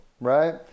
right